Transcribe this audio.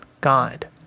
God